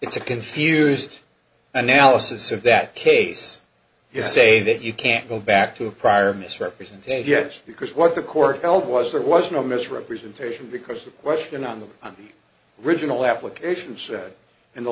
it's a confused analysis of that case is say that you can't go back to a prior misrepresented yes because what the court held was there was no misrepresentation because the question on the original application said in the